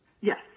Yes